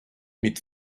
mit